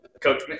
Coach